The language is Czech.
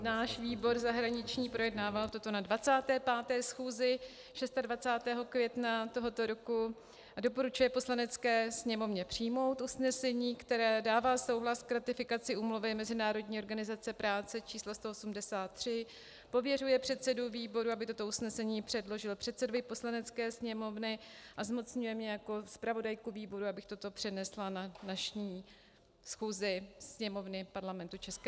Náš výbor zahraniční projednával toto na 25. schůzi 26. května tohoto roku a doporučuje Poslanecké sněmovně přijmout usnesení, které dává souhlas k ratifikaci Úmluvy Mezinárodní organizace práce č. 183, pověřuje předsedu výboru, aby toto usnesení předložil předsedovi Poslanecké sněmovny, a zmocňuje mě jako zpravodajku výboru, abych toto přednesla na dnešní schůzi Sněmovny Parlamentu ČR.